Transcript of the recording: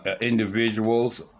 individuals